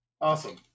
Awesome